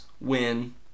win